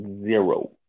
zero